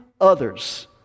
others